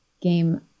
game